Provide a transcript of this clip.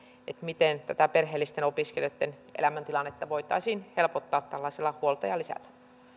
miten tätä perheellisten opiskelijoitten elämäntilannetta voitaisiin helpottaa tällaisella huoltajalisällä